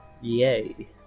Yay